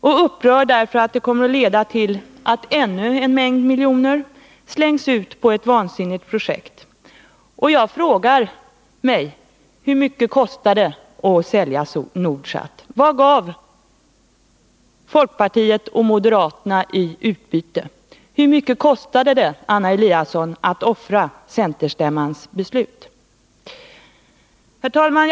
Och jag blir upprörd därför att det kommer att leda till att ännu en mängd miljoner slängs ut på ett vansinnigt projekt. Och jag frågar mig: Hur mycket kostade det att sälja Nordsat? Vad gav folkpartiet och moderaterna i utbyte? Hur mycket kostade det, Anna Eliasson, att offra centerstämmans beslut? Herr talman!